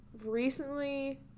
recently